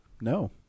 No